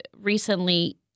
recently